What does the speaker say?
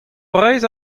breizh